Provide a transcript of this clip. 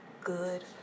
good